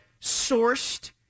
sourced